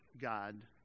God